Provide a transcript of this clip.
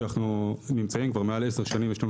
אנחנו נמצאים כבר מעל עשר שנים ויש לנו